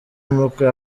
muri